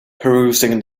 perusing